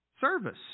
service